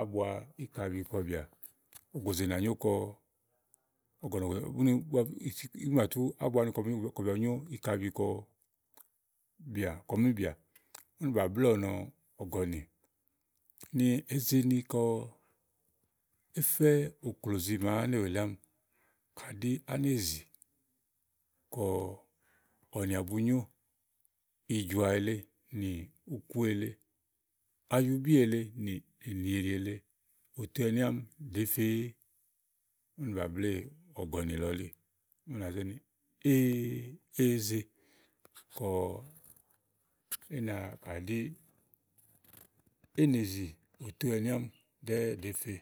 ábua íkabi kɔbìà. Ògòzè nà nyó kɔ, ɔ̀gɔ̀nì úni ígbɔ ísí úni bà tú ábua úni kɔbìà ni bìà bu nyó íkabi kɔ bìà, kɔ míìbìà. Úni bà bléè ɔnɔ ɔ̀gɔ̀nì, ni èé ze ni kɔ éfɛ òklózi màa ánèwù èle ámi, kà ɖí ánèzì kɔ ɔ̀wɔ nìà bu nyó ìjɔ̀à lèe nì uku èle, ayubí èle nì ènì èlì èle útè ɛ̀ni áàmi ɖèé feé? Ùni bà bléè ɔ̀gɔ̀nì lɔ elí. Ù nàánàá ze ni ee é èé ze kɔ énà kà ɖí, éènèzì òto ɛ̀ni àámi ɖèé ɖée fè.